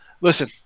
Listen